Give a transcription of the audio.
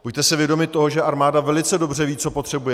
Buďte si vědomi toho, že armáda velice dobře ví, co potřebuje.